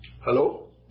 Hello